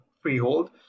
Freehold